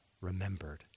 remembered